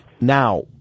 Now